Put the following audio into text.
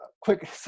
quick